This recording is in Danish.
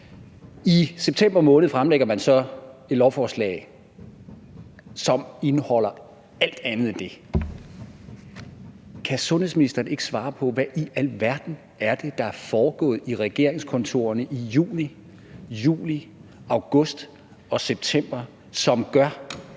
I september måned fremlægger man så et lovforslag, som indeholder alt andet end det. Kan sundhedsministeren ikke svare på, hvad i alverden det er, der er foregået i regeringskontorerne i juni, juli, august og september, som gør,